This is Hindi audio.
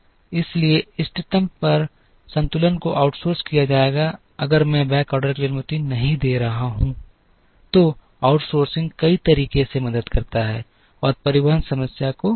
इसलिए इष्टतम पर संतुलन को आउटसोर्स किया जाएगा अगर मैं बैकऑर्डर के लिए अनुमति नहीं दे रहा हूं तो आउटसोर्सिंग कई तरीकों से मदद करता है और परिवहन समस्या को रोकता है